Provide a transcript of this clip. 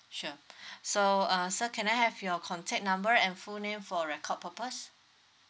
sure so uh sir can I have your contact number and full name for record purpose